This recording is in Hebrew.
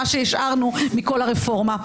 מה שהשארנו מכל הרפורמה?